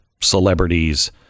celebrities